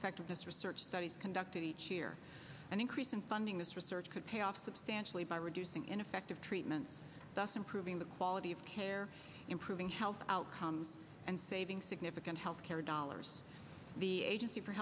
effectiveness research studies conducted each year and increasing funding this research could pay off substantially by reducing ineffective treatment thus improving the quality of care improving health outcomes and saving significant health care dollars the agency for